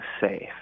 safe